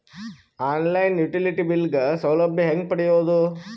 On line utility bill ಗ ಸೌಲಭ್ಯ ಹೇಂಗ ಪಡೆಯೋದು?